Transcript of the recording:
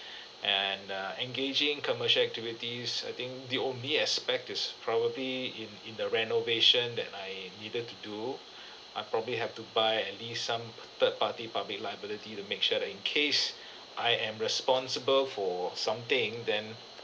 and err engaging commercial activities I think the only aspect is probably in in the renovation that I needed to do I probably have to buy at least some third party public liability to make sure that in case I am responsible for something then